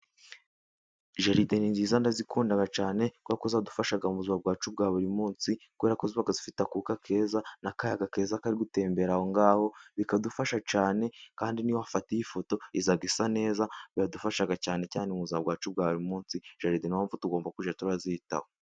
Jaride ni nziza ndazikunda cyane, kubera ko zidufasha mu buzima bwacu bwa buri munsi, kubera ko ziba zifite akuka keza n'akayaga keza kari gutembera aho ngaho, bikadufasha cyane kandi niyo wahafatiye foto iza isa neza, biradufasha cyane cyane mu buzima bwacu bwa buri munsi. Jaride n'iyo mpamvu tugomba kujya turazitaho.